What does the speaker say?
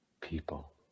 People